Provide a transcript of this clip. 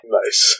nice